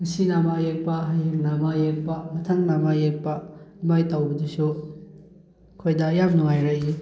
ꯉꯁꯤꯅ ꯑꯃ ꯌꯦꯛꯄ ꯍꯌꯦꯡꯅ ꯑꯃ ꯌꯦꯛꯄ ꯃꯊꯪꯅ ꯑꯃ ꯌꯦꯛꯄ ꯑꯗꯨꯃꯥꯏꯅ ꯇꯧꯕꯗꯁꯨ ꯑꯩꯈꯣꯏꯗ ꯌꯥꯝ ꯅꯨꯡꯉꯥꯏꯔꯛꯏ